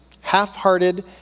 Half-hearted